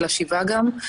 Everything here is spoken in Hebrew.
של השבעה גם,